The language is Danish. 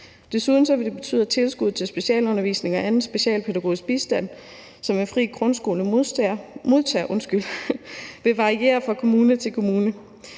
Desuden vil det betyde, at tilskuddet til specialundervisning og anden specialpædagogisk bistand, som en fri grundskole modtager, vil variere fra kommune til kommune.